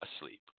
asleep